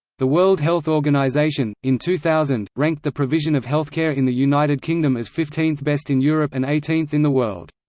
the world health organization, in two thousand, ranked the provision of healthcare in the united kingdom as fifteenth best in europe and eighteenth in the world.